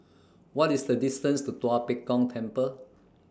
What IS The distance to Tua Pek Kong Temple